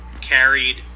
carried